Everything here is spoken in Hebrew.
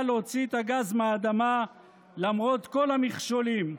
להוציא את הגז מהאדמה למרות כל המכשולים,